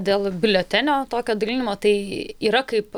dėl biuletenio tokio dalinimo tai yra kaip